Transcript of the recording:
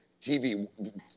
TV